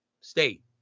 state